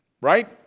Right